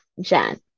Jan